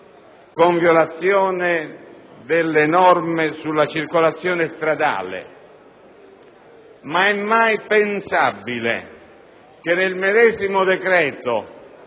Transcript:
con violazione delle norme sulla circolazione stradale. Ma è mai pensabile che nel medesimo decreto